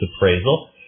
Appraisal